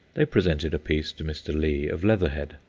they presented a piece to mr. lee of leatherhead,